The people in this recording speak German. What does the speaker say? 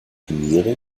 turniere